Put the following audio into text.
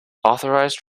authorized